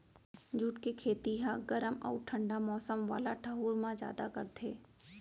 jute के खेती ह गरम अउ ठंडा मौसम वाला ठऊर म जादा करथे